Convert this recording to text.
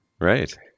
Right